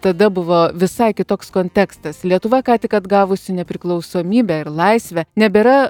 tada buvo visai kitoks kontekstas lietuva ką tik atgavusi nepriklausomybę ir laisvę nebėra